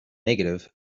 negative